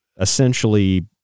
essentially